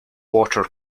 water